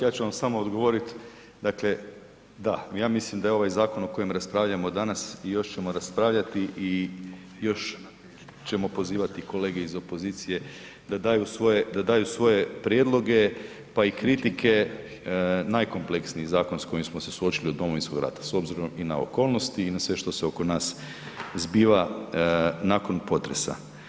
Ja ću vam samo odgovoriti, dakle ja mislim da je ovaj zakon o kojem raspravljamo danas i još ćemo raspravljati i još ćemo pozivati kolege iz opozicije da daju svoje prijedloge pa i kritike najkompleksniji zakon s kojim smo se suočili od Domovinskog rata s obzirom i na okolnosti i na sve što se oko nas zbiva nakon potresa.